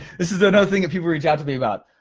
this is another thing that people reach out to me about.